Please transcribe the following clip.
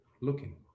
looking